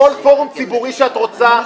אלא לכל החברים שהתעניינו בעניין המחצבה בתל